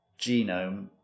genome